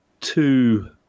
two